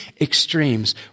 extremes